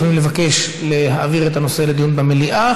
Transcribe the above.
המציעים יכולים לבקש להעביר את הנושא לדיון במליאה.